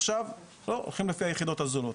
עכשיו אנחנו הולכים לפי היחידות הזולות.